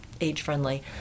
age-friendly